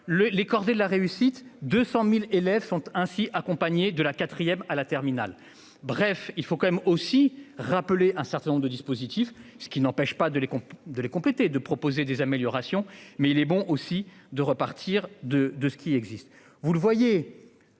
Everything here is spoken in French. les cordées de la réussite. 200.000 élèves sont ainsi accompagnées de la 4ème à la terminale. Bref, il faut quand même aussi rappeler un certain nombre de dispositifs. Ce qui n'empêche pas de les de les compléter et de proposer des améliorations mais il est bon aussi de repartir de de ce qui existe,